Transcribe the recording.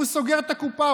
הוא סוגר את הקופה,